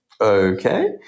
okay